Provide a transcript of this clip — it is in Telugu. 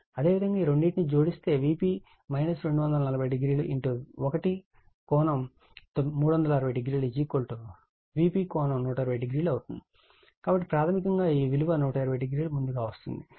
అదేవిధంగా ఈ రెండింటినీ జోడిస్తే Vp∠ 2400 1∠3600 Vp∠1200 అవుతుంది కాబట్టి ప్రాథమికంగా ఈ విలువ 120 o ముందుగా వస్తుంది